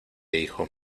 hijo